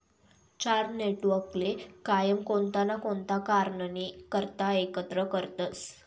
चार नेटवर्कले कायम कोणता ना कोणता कारणनी करता एकत्र करतसं